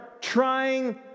trying